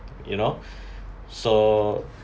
you know so